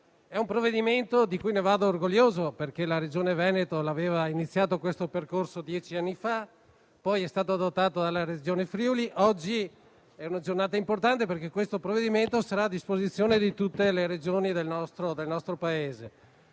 È un provvedimento di cui vado orgoglioso. Ricordo infatti che la Regione Veneto aveva iniziato questo percorso dieci anni fa, poi adottato dalla Regione Friuli-Venezia Giulia. Oggi è una giornata importante perché il provvedimento sarà a disposizione di tutte le Regioni del nostro Paese.